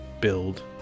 build